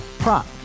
Prop